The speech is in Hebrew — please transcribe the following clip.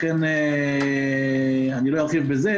לכן אני לא ארחיב בזה,